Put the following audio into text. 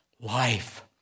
life